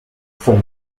from